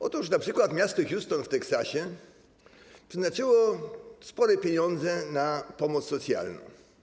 Otóż np. miasto Houston w Teksasie przeznaczyło spore pieniądze na pomoc socjalną.